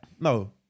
No